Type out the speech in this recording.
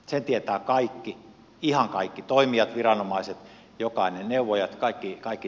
sen tietävät kaikki ihan kaikki toimijat viranomaiset jokainen neuvoja kaikki tahot